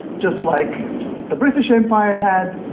just like the british empire had,